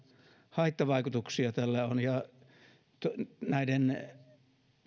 haittavaikutuksia tällä on näiden